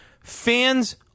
Fans